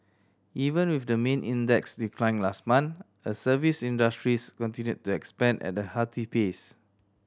even with the main index's decline last month a service industries continued to expand at a hearty pace